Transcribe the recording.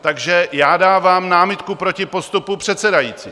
Takže dávám námitku proti postupu předsedající.